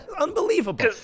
Unbelievable